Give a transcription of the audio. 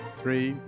three